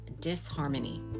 disharmony